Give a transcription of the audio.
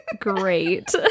great